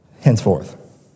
henceforth